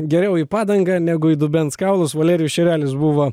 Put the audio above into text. geriau į padangą negu į dubens kaulus valerijus šerelis buvo